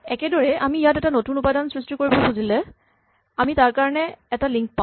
একেদৰেই আমি ইয়াত এটা নতুন উপাদান সৃষ্টি কৰিব খুজিলে আমি তাৰ কাৰণে এটা লিংক পাওঁ